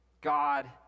God